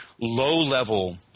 low-level